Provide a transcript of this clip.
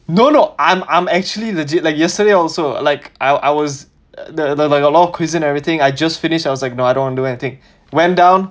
no no I'm I'm actually legit like yesterday also like I I was like like a lot of quizzes everything I just finished I was like no I don't want to do anything went down